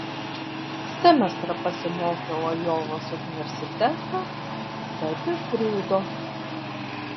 semestrą pasimokiau ajovos universitete bet išgrūdo